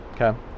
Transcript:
okay